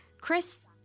Chris